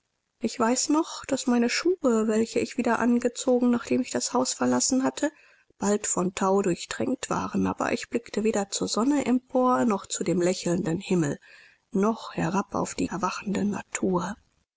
ich weiß noch daß meine schuhe welche ich wieder angezogen nachdem ich das haus verlassen hatte bald von thau durchtränkt waren aber ich blickte weder zur sonne empor noch zu dem lächelnden himmel noch herab auf die erwachende natur